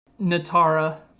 natara